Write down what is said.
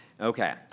Okay